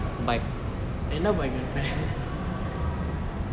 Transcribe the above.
என்ன:enna bike எடுப்ப:eduppe